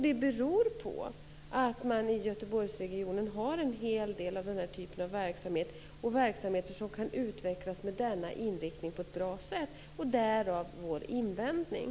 Det beror på att man i Göteborgsregionen har en hel del av den här typen av verksamheter som kan utvecklas med denna inriktning på ett bra sätt - därav vår invändning.